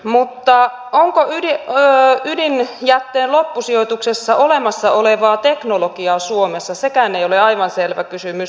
mutta onko ydinjätteen loppusijoituksessa olemassa olevaa teknologiaa suomessa sekään ei ole aivan selvä kysymys